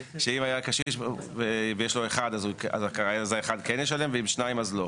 אם היה קשיש ויש לו יורש אחד אז הוא ישלם ואם שניים אז לא.